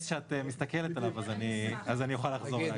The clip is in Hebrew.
שאת מסתכלת עליו אז אוכל לחזור אליך.